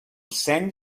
seny